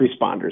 responders